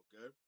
okay